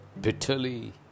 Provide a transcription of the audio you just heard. bitterly